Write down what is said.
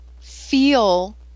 feel